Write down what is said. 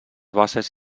bases